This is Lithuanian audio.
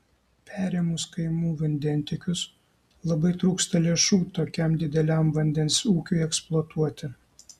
perėmus kaimų vandentiekius labai trūksta lėšų tokiam dideliam vandens ūkiui eksploatuoti